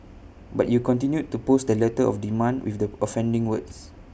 but you continued to post the letter of demand with the offending words